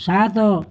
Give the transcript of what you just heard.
ସାତ